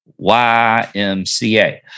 YMCA